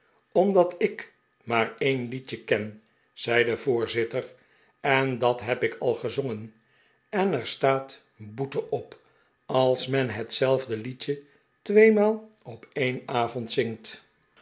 omdat ik maar een liedje ken zei de voorzitter en dat neb ik al gezongen en er staat bocte op als men hetzelfde liedjei tweemaal op een avond zingt